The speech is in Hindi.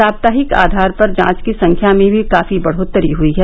साप्ताहिक आधार पर जांच की संख्या में भी काफी बढोत्तरी हुई है